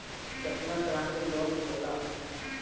केतना तरह के लोन होला?